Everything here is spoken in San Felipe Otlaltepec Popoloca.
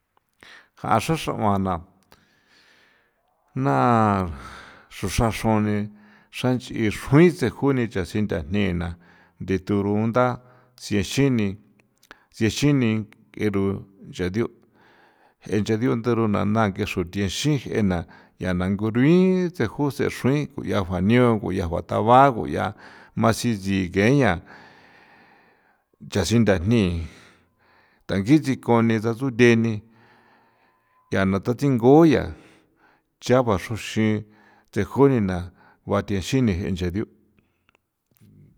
Ja xraxra'uan na na xra xraroni xranch'i xrui tsejuni cha sintha nena ndithu rugunda chexini nk'eru chadio' je nchadio' ndaruna nda nk'e xru thianxi ng'ena yanda nguruin tseju xruin tjuyajua nio nguya ba thaba guya maxitsi yeña chasin nthajni tangi sikon nisa tsuthe ni ya na tha tsingo ya ncha guaxruxi tsejoni nagua thaxini nche diu.